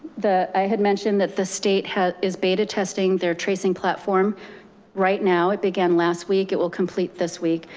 the i had mentioned that the state has is beta testing their tracing platform right now. it began last week, it will complete this week.